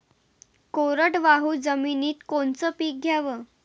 कोरडवाहू जमिनीत कोनचं पीक घ्याव?